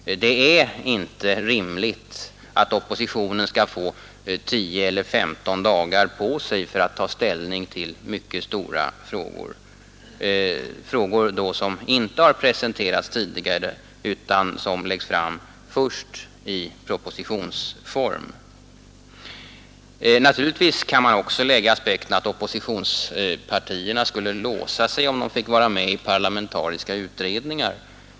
Det är inte rimligt att oppositionen skall få 10 eller 15 dagar på sig för att ta ställning till mycket stora frågor, som inte har presenterats tidigare utan som lagts fram först i propositionsform. Naturligtvis kan man också anlägga aspekten att oppositionspartierna skulle låsa sig om de fick vara med i parlamentariska utredningar.